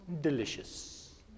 delicious